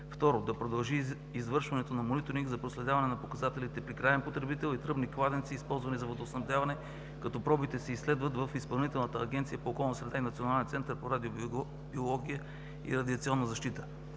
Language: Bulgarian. Второ, да продължи извършването на мониторинг за проследяване на показателите при краен потребител и тръбни кладенци, използвани за водоснабдяване като пробите се изследват в Изпълнителната агенция по околна среда и Националния